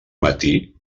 matí